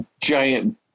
giant